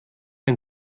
ein